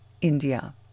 India